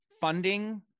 funding